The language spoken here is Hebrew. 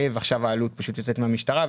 ועכשיו העלות פשוט יוצאת מהמשטרה,